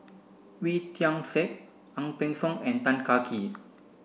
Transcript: Wee Tian Siak Ang Peng Siong and Tan Kah Kee